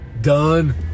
Done